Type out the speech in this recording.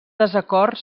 desacord